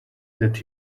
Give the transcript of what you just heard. that